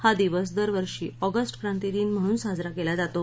हा दिवस दरवर्षी ऑगस्ट क्रांती दिन म्हणून साजरा क्लि जातो